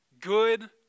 Good